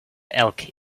elk